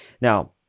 Now